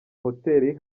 hotel